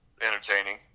entertaining